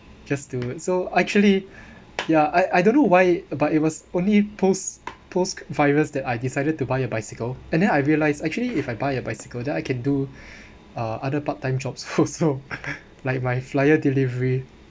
just do it so actually ya I I don't know why but it was only post post virus that I decided to buy a bicycle and then I realized actually if I buy a bicycle then I can do uh other part time jobs also like my flyer delivery